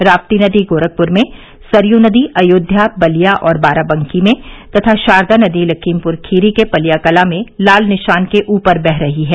राप्ती नदी गोरखपुर में सरयू नदी अयोध्या बलिया और बाराबंकी में तथा शारदा नदी लखीमपुर खीरी के पलियाकलां में लाल निशान के ऊपर बह रही है